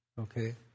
Okay